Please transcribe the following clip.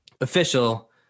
official